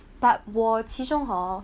but 我其中 hor